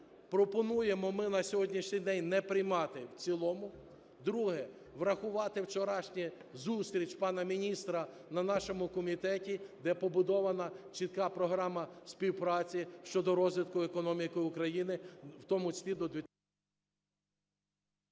Пропонуємо ми на сьогоднішній день не приймати в цілому. Друге. Врахувати вчорашню зустріч пана міністра на нашому комітеті, де побудована чітка програма співпраці щодо розвитку економіки України,